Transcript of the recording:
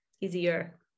easier